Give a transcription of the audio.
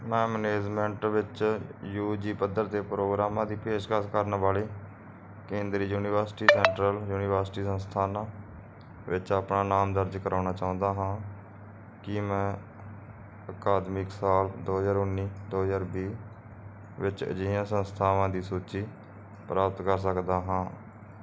ਮੈਂ ਮੈਨੇਜਮੈਂਟ ਵਿੱਚ U G ਪੱਧਰ 'ਤੇ ਪ੍ਰੋਗਰਾਮਾਂ ਦੀ ਪੇਸ਼ਕਸ਼ ਕਰਨ ਵਾਲੀ ਕੇਂਦਰੀ ਯੂਨੀਵਰਸਿਟੀ ਸੈਂਟਰਲ ਯੂਨੀਵਰਸਿਟੀ ਸੰਸਥਾਨ ਵਿੱਚ ਆਪਣਾ ਨਾਮ ਦਰਜ ਕਰਾਉਣਾ ਚਾਹੁੰਦਾ ਹਾਂ ਕੀ ਮੈਂ ਅਕਾਦਮਿਕ ਸਾਲ ਦੋ ਹਜ਼ਾਰ ਉੱਨੀ ਦੋ ਹਜ਼ਾਰ ਵੀਹ ਵਿੱਚ ਅਜਿਹੀਆਂ ਸੰਸਥਾਵਾਂ ਦੀ ਸੂਚੀ ਪ੍ਰਾਪਤ ਕਰ ਸਕਦਾ ਹਾਂ